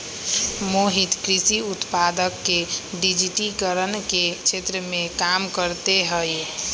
मोहित कृषि उत्पादक के डिजिटिकरण के क्षेत्र में काम करते हई